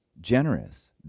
Generous